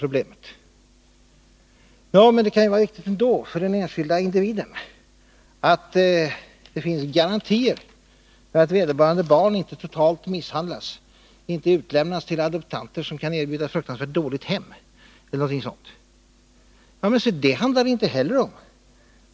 Det kan ju ändå vara viktigt för den enskilde individen att det finns garantier för att vederbörande barn inte totalt misshandlas, inte utlämnas till adoptanter som kan erbjuda ett fruktansvärt dåligt hem. Men det handlar det inte heller om.